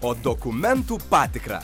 o dokumentų patikrą